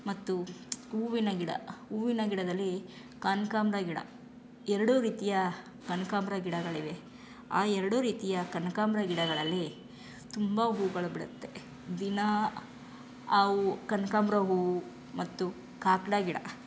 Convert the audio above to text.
ಮತ್ತು ಹೂವಿನ ಗಿಡ ಹೂವಿನ ಗಿಡದಲ್ಲಿ ಕನಕಾಂಬ್ರ ಗಿಡ ಎರಡೂ ರೀತಿಯ ಕನಕಾಂಬ್ರ ಗಿಡಗಳಿವೆ ಆ ಎರಡೂ ರೀತಿಯ ಕನಕಾಂಬ್ರ ಗಿಡಗಳಲ್ಲಿ ತುಂಬ ಹೂಗಳು ಬಿಡುತ್ತೆ ದಿನಾ ಆ ಹೂ ಕನಕಾಂಬ್ರ ಹೂವು ಮತ್ತು ಕಾಕಡ ಗಿಡ